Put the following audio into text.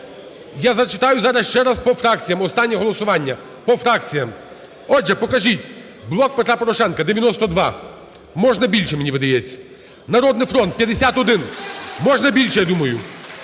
Я зачитаю зараз ще раз по фракціям останнє голосування. По фракціям. Отже, покажіть. "Блок Петра Порошенка" – 92 (можна більше, мені видається), "Народний фронт" – 51 (можна більше, я думаю),